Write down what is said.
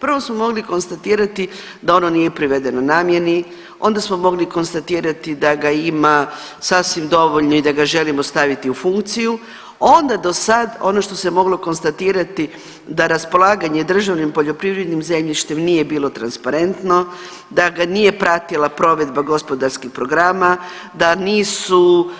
Prvo smo mogli konstatirati da ono nije privedeno namjeni, onda smo mogli konstatirati da ga ima sasvim dovoljno i da ga želimo staviti u funkciju, onda do sad ono što se moglo konstatirati da raspolaganje državnim poljoprivrednim zemljištem nije bilo transparentno, da ga nije pratila provedba gospodarskih programa, da nisu